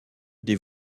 des